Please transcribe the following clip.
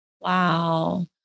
Wow